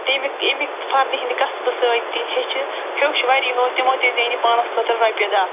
تَمہِ اَمہِ فَردِ ہٕنٛدِ قَصبہٕ سۭتۍ تہِ ہیٚچھِ ہیوٚچھ واریاہو تِمو تہِ زینہِ پانَس خٲطرٕ رۄپیہِ دہ